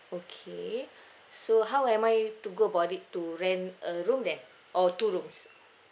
okay so how am I to go about it to rent a room there or two rooms